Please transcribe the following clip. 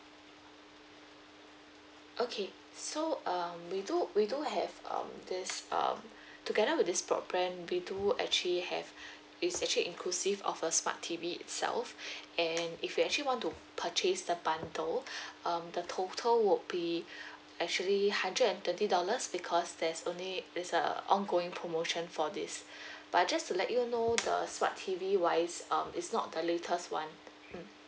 okay so um we do we do have um this um together with this broadband we do actually have it's actually inclusive of a smart T_V itself and if you actually want to purchase the bundle um the total would be actually hundred and thirty dollars because there's only is a ongoing promotion for this but just to let you know the smart T_V wise um it's not the latest one mm